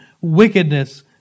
wickedness